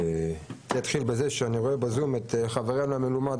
אני אתחיל בזה שאני רואה בזום את חברנו המלומד,